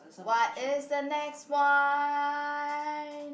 what is the next one